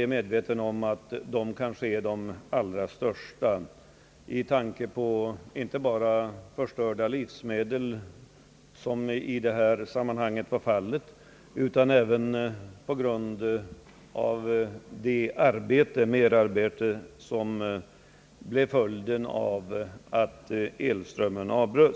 De förluster som görs i dessa sammanhang är ju av mycket stor omfattning; det gäller inte bara förstörda livsmedel — som var fallet vid här berörda naturkatastrof — utan också det merarbete som blev följden av avbrotten i elströmmen. Jag